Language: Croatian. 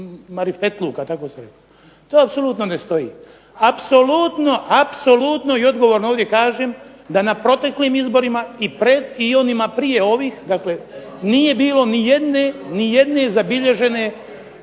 marifetluka. Tako ste rekli. To apsolutno ne stoji. Apsolutno i odgovorno ovdje kažem da na proteklim izborima i onima prije ovih, dakle nije bilo ni jedne zabilježene